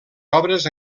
obres